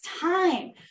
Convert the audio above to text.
time